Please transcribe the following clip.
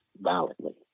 violently